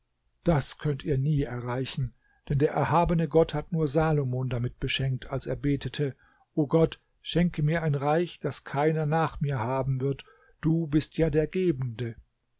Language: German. das könnt ihr nie erreichen denn der erhabene gott hat nur salomon damit beschenkt als er betete o gott schenke mir ein reich das keiner nach mir haben wird du bist ja der gebende